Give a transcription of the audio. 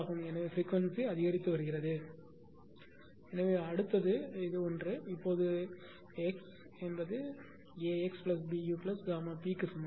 எனவே பிரிக்வன்சி அதிகரித்து வருகிறது எனவே அடுத்தது அது ஒன்று இப்போது அடுத்தது X A AXBuΓp க்கு சமம்